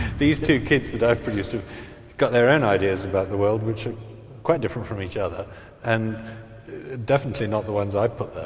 these two kids that i've produced have got their own ideas about the world which are quite different from each other and definitely not the ones i've put there.